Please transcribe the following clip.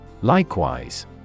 likewise